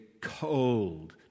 cold